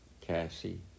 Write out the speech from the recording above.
Cassie